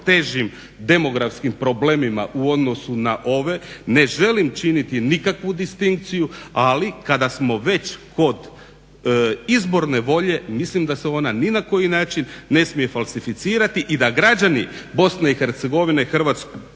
težim demokratskim problemima u odnosu na ove. Ne želim činiti nikakvu distinkciju ali kada smo već kod izborne volje mislim da se ona ni na koji način ne smije falsificirati i da građani BiH hrvatske